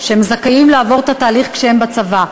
שהם זכאים לעבור את התהליך כשהם בצבא.